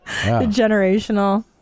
generational